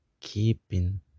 keeping